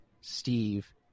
Steve